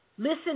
Listen